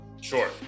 sure